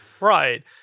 Right